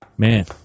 Man